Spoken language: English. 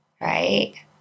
Right